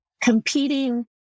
competing